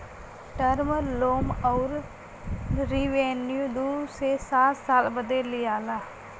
term loan अउर revenue दू से सात साल बदे लिआला